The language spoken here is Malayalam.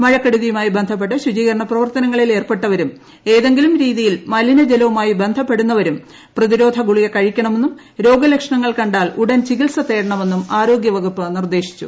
മഴക്കെടുതിയുമായി ബന്ധപ്പെട്ട് ശുചീകരണ പ്രവർത്തനങ്ങളിൽ ഏർപ്പെട്ടവരും ഏതെങ്കിലും രീതിയിൽ മലിനജലവുമായി ബന്ധപ്പെടുന്നവരും പ്രതിരോധഗുളിക കഴിക്കണമെന്നും രോഗലക്ഷണങ്ങൾ കണ്ടാൽ ഉടൻ ചികിത്സ തേടണമെന്നും ആരോഗ്യവകുപ്പ് നിർദ്ദേശിച്ചു